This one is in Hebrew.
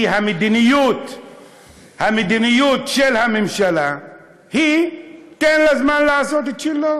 כי המדיניות של הממשלה היא: תן לזמן לעשות את שלו,